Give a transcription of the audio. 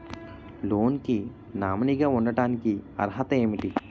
Loan కి nominee గా ఉండటానికి అర్హత ఏమిటి?